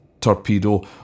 torpedo